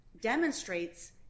demonstrates